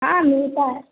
हाँ मिलता है